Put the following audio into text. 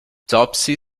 topsy